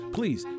Please